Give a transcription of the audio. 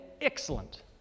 excellent